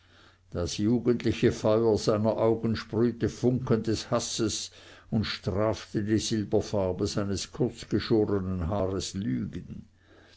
das jugendliche feuer seiner augen sprühte funken des hasses und strafte die silberfarbe seines kurz geschorenen haares lügen